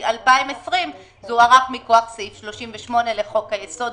2020 זה הוארך מכוח סעיף 38 לחוק היסוד.